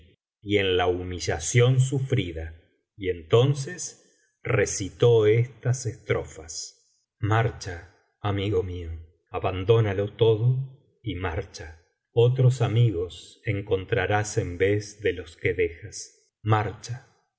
y en la humillación sufrida y entonces recitó estas estrofas biblioteca valenciana general itat valenciana historia del visir nureddin marcha amigo mío j abandónalo todo y marcha otros amigos encontrarás en vez de los que dejas marcha